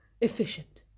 efficient